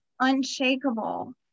unshakable